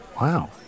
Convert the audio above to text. Wow